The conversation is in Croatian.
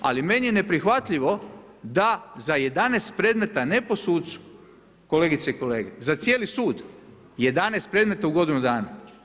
Ali meni je neprihvatljivo da za 11 predmeta, ne po sucu, kolegice i kolege, za cijeli sud, 11 predmeta u godinu dana.